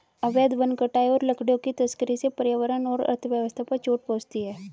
अवैध वन कटाई और लकड़ियों की तस्करी से पर्यावरण और अर्थव्यवस्था पर चोट पहुँचती है